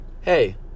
hey